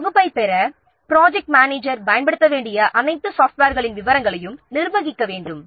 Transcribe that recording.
இந்த தொகுப்பைப் பெற ப்ராஜெக்ட் மேனேஜர் பயன்படுத்த வேண்டிய அனைத்து சாஃப்ட்வேர்களின் விவரங்களையும் நிர்வகிக்க வேண்டும்